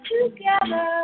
Together